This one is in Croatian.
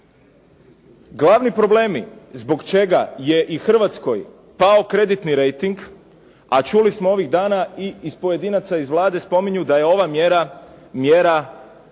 Glavni problemi zbog čega je i Hrvatskoj pao kreditni rejting a čuli smo ovih dana i iz pojedinaca iz Vlade spominju da je ova mjera antirecesijska